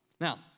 Now